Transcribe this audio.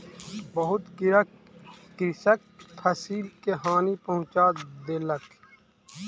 बहुत कीड़ा कृषकक फसिल के हानि पहुँचा देलक